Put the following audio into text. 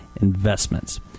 investments